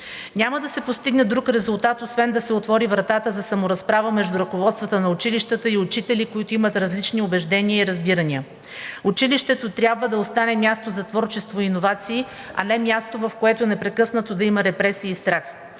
Няма да се постигне друг резултат, освен да се отвори вратата за саморазправа между ръководствата на училищата и учители, които имат различни убеждения и разбирания. Училището трябва да остане място за творчество и иновации, а не място, в което непрекъснато да има репресии и страх.